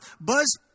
Buzz